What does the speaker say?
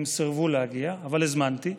הם סירבו להגיע, אבל הזמנתי.